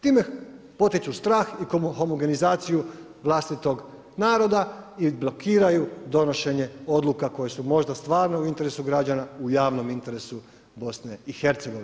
Time potiču strah i homogenizaciju vlastitog naroda i blokiraju donošenje odluka koje su možda stvarno u interesu građana u javnom interesu BIH.